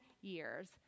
years